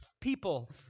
people